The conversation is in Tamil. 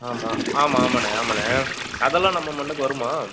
ஆமாம் ஆமாம் ஆமாண்ணா ஆமாண்ணா அதெல்லாம் நம்ம மண்ணுக்கு வருமா